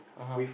(uh huh)